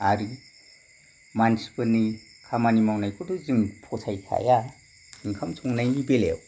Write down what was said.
आरो मानसिफोरनि खामानि मावनायखौथ' जों फसायखाया ओंखाम संनायनि बेलायाव